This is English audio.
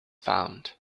found